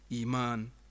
iman